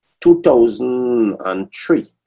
2003